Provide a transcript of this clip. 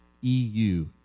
EU